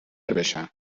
بشم